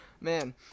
man